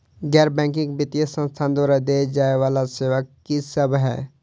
गैर बैंकिंग वित्तीय संस्थान द्वारा देय जाए वला सेवा की सब है?